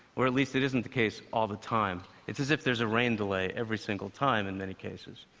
or at least it isn't the case all the time. it's as if there's a rain delay, every single time in many cases.